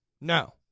no